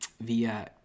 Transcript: via